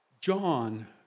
John